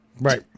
right